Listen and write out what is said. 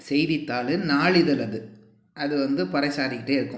செய்தித்தாளின் நாளிதழ் அது அது வந்து பறைசாற்றிகிட்டே இருக்கும்